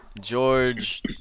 george